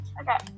okay